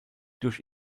durch